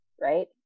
right